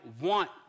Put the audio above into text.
want